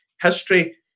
History